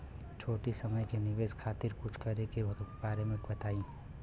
छोटी समय के निवेश खातिर कुछ करे के बारे मे बताव?